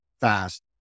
fast